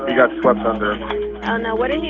got swept under and what did he